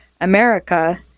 America